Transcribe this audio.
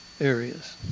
Areas